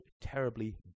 terribly